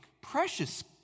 precious